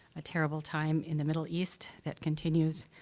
a terrible time in the middle east that continues.